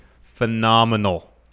phenomenal